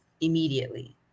immediately